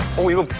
we won!